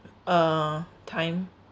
uh time